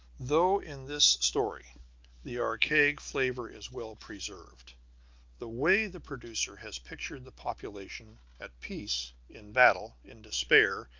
though in this story the archaic flavor is well-preserved, the way the producer has pictured the population at peace, in battle, in despair,